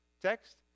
text